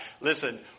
listen